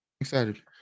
excited